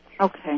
Okay